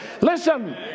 Listen